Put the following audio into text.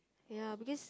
ya because